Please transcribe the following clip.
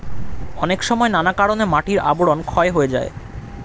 অনেক সময় নানা কারণে মাটির আবরণ ক্ষয় হয়ে যায়